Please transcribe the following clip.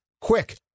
quick